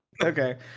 Okay